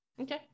okay